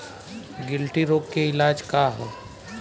गिल्टी रोग के इलाज का ह?